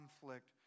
conflict